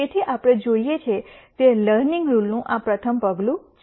તેથી આપણે જોઈએ છીએ તે લર્નિંગ રુલ નું આ પ્રથમ પગલું છે